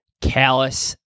callous